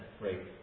right